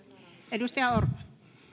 arvoisa